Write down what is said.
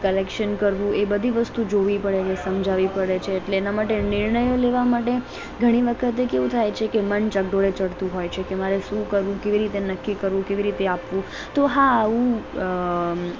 collection કરવું એ બધી વસ્તુ જોવી પડે છે સમજાવવી પડે છે એટલે એના માટે નિર્ણયો લેવા માટે ઘણી વખતે કેવું થાય છે કે મન ચકડોળે ચઢતું હોય છે કે મારે શું કરવું કેવી રીતે નક્કી કરવું કેવી રીતે આપવું તો હા આવું અ